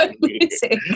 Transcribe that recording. music